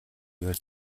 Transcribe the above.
үеэр